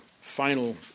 final